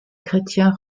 chrétiens